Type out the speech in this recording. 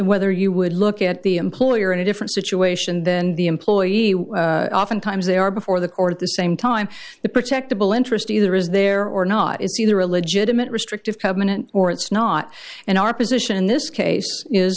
whether you would look at the employer in a different situation than the employees oftentimes they are before the court at the same time the protect the bill interest either is there or not is either a legitimate restrictive covenant or it's not an opposition in this case is